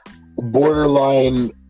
borderline